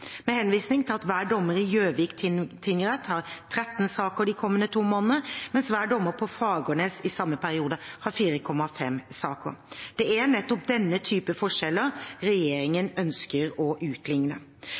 med henvisning til at hver dommer i Gjøvik tingrett har 13 saker de kommende to månedene, mens hver dommer på Fagernes i samme periode har 4,5 saker. Det er nettopp denne typen forskjeller